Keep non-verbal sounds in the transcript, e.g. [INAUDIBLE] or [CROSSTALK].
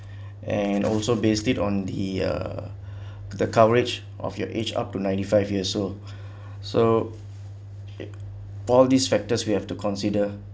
and also based it on the uh the coverage of your age up to ninety five years old [BREATH] so all these factors you have to consider